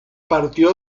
partió